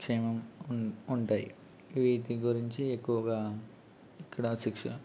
క్షేమం ఉంటాయి వీటి గురించి ఎక్కువగా ఇక్కడ శిక్షణ